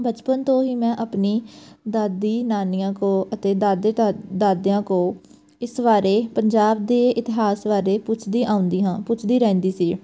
ਬਚਪਨ ਤੋਂ ਹੀ ਮੈਂ ਆਪਣੀ ਦਾਦੀ ਨਾਨੀਆਂ ਕੋ ਅਤੇ ਦਾਦੇ ਦਾ ਦਾਦਿਆਂ ਕੋ ਇਸ ਬਾਰੇ ਪੰਜਾਬ ਦੇ ਇਤਿਹਾਸ ਬਾਰੇ ਪੁੱਛਦੀ ਆਉਂਦੀ ਹਾਂ ਪੁੱਛਦੀ ਰਹਿੰਦੀ ਸੀ